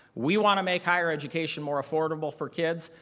we want to make higher education more affordable for kids,